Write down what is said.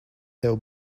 tev